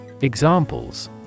Examples